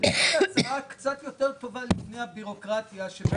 לפני הבירוקרטיה.